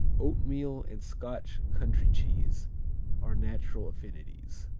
oatmeal and scotch country cheese are natural affinities.